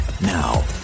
Now